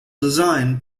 design